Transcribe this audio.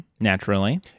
Naturally